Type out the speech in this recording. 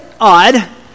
odd